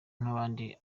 nk’abandi